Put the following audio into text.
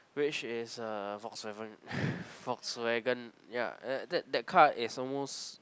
which is a Volkswagen Volkswagen yeah that that car is almost